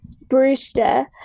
brewster